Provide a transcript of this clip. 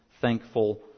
thankful